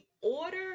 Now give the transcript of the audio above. order